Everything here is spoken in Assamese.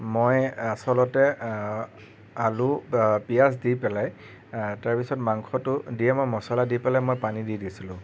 মই আচলতে আলু পিয়াঁজ দি পেলাই তাৰ পিছত মাংসটো দিয়েই মই মছলা দি পেলাই মই পানী দি দিছিলোঁ